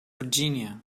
virginia